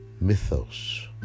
mythos